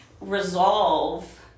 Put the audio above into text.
resolve